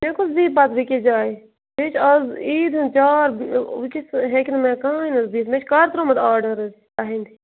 تیٚلہِ کُس دی پَتہٕ بیٚیہِ کِس جایہِ بیٚیہِ چھِ آز عیٖدۍ ہُنٛد چار وٕکٮ۪س ہیٚکہِ نہٕ مےٚ کٕہۭنۍ حظ دِتھ مےٚ چھُ کَر ترٛومُت آرڈَر حظ تُہنٛدۍ